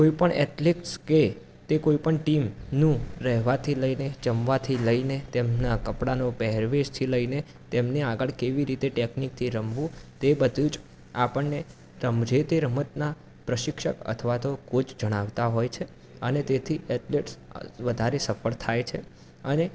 કોઈ પણ એથલેક્સ કે તે કોઈપણ ટીમનું રહેવાથી લઈને જમવાથી લઈને તેમના કપડાનો પહેરવેશથી લઈને તેમને આગળ કેવી રીતે ટેકનીકથી રમવું તે બધું જ આપણને જે તે રમતના પ્રશિક્ષક અથવા તો કોચ જણાવતા હોય છે અને તેથી એથ્લેટ્સ વધારે સફળ થાય છે અને